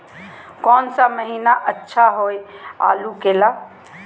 कौन सा महीना अच्छा होइ आलू के ला?